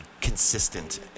consistent